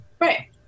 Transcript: Right